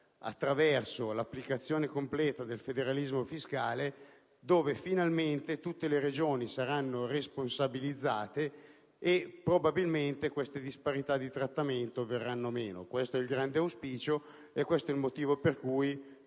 attraverso l'applicazione completa del federalismo fiscale, quando finalmente tutte le Regioni saranno responsabilizzate e, probabilmente, queste disparità di trattamento verranno meno. Questo è il nostro auspicio e il motivo per cui